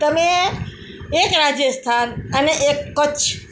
તમે એક રાજસ્થાન અને એક કચ્છ